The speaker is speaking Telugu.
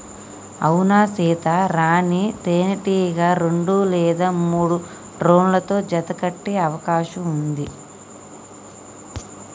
అవునా సీత, రాణీ తేనెటీగ రెండు లేదా మూడు డ్రోన్లతో జత కట్టె అవకాశం ఉంది